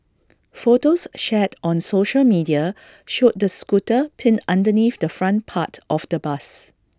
photos shared on social media showed the scooter pinned underneath the front part of the bus